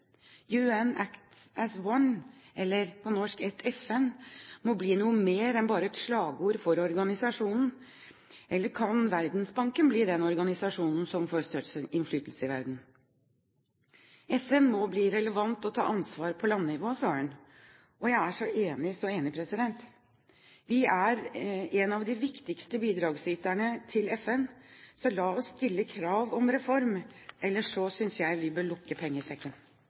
eller på norsk, ett FN, må bli noe mer enn bare et slagord for organisasjonen, ellers kan Verdensbanken bli den organisasjonen som får størst innflytelse i verden. FN må bli relevant og ta ansvar på landnivå, sa hun. Jeg er så enig. Vi er en av de viktigste bidragsyterne til FN. La oss stille krav om reform, ellers så synes jeg vi bør lukke pengesekken.